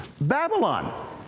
Babylon